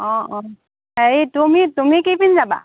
অঁ অঁ হেৰি তুমি তুমি কি পিন্ধি যাবা